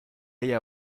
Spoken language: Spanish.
ella